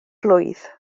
blwydd